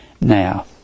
Now